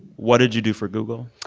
what did you do for google?